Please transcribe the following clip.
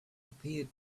appeared